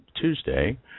Tuesday